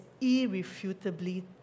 irrefutably